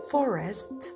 Forest